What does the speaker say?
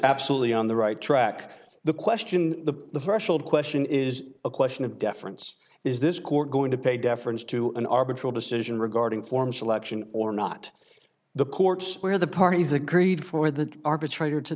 absolutely on the right track the question the threshold question is a question of deference is this court going to pay deference to an arbitrary decision regarding form selection or not the courts where the parties agreed for the arbitrator to